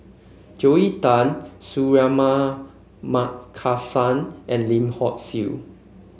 Joel Tan Suratman Markasan and Lim Hock Siew